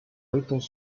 ritos